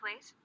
please